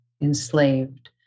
enslaved